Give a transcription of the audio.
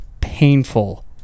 painful